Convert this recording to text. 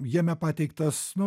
jame pateiktas nu